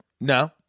no